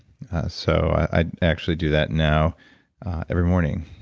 so, i actually do that now every morning.